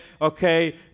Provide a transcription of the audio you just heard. okay